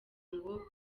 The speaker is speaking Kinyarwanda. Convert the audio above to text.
ngo